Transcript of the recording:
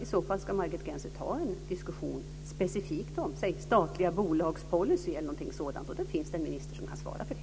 I så fall tror jag att Margit Gennser ska ta en diskussion specifikt om statliga bolags policy eller något sådant. Då finns det en minister som kan svara på det.